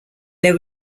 there